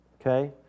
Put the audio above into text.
Okay